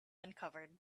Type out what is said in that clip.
uncovered